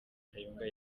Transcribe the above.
kayonga